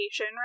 right